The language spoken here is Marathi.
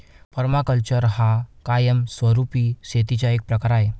पर्माकल्चर हा कायमस्वरूपी शेतीचा एक प्रकार आहे